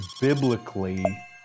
biblically